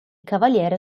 cavaliere